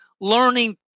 learning